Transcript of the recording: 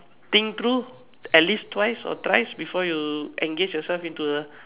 think through at least twice or thrice before you engage yourself into a